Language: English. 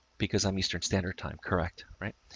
because i'm eastern standard time. correct? right.